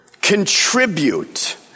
contribute